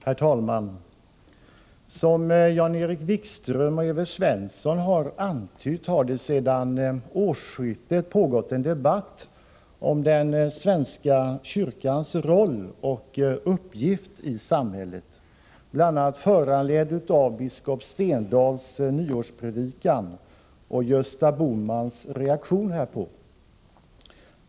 Herr talman! Som Jan-Erik Wikström och Evert Svensson har antytt har det sedan årsskiftet pågått en debatt om den svenska kyrkans roll och uppgift i samhället, bl.a. föranledd av biskop Stendahls nyårspredikan och Gösta Bohmans reaktion härpå.